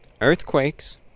earthquakes